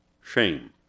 shame